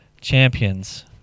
champions